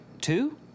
Two